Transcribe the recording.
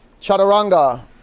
Chaturanga